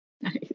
Nice